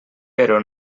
però